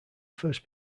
first